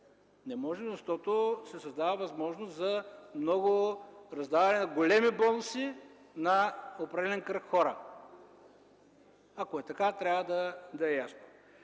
Не можем, защото се създава възможност за раздаване на големи бонуси на определен кръг хора. Ако е така – трябва да е ясно.